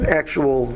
actual